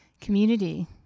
Community